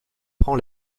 prend